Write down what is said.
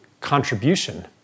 contribution